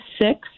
six